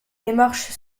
démarche